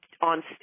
on